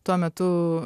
tuo metu